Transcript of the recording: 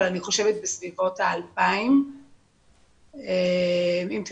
אבל אני חושבת שבסביבות ה- 2000. אם תרצו,